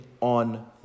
on